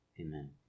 amen